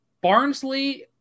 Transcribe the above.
Barnsley